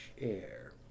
air